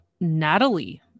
Natalie